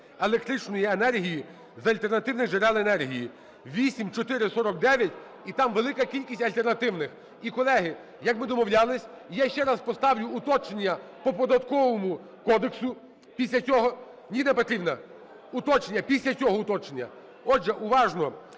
електричної енергії з альтернативних джерел енергії (8449) і там велика кількість альтернативних. І, колеги, як ми домовлялися, я ще раз поставлю уточнення по Податковому кодексу після цього. Ніна Петрівна, уточнення, після цього уточнення. Отже, уважно,